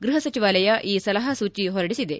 ಗೃಹ ಸಚಿವಾಲಯ ಈ ಸಲಹಾಸೂಚಿ ಹೊರಡಿಸಿದೆ